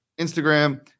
instagram